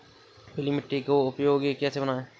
पीली मिट्टी को उपयोगी कैसे बनाएँ?